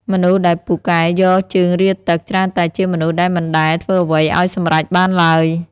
មនុស្សដែលពូកែយកជើងរាទឹក ច្រើនតែជាមនុស្សដែលមិនដែលធ្វើអ្វីឱ្យសម្រេចបានឡើយ។